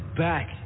back